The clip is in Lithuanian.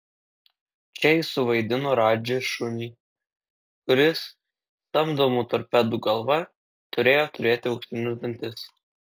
čia jis suvaidino radži šunį kuris samdomų torpedų galva turėjo turėti auksinius dantis